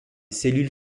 cellules